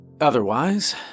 Otherwise